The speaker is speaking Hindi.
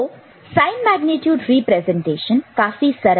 तो साइन मेग्नीट्यूड रिप्रेजेंटेशन काफी सरल है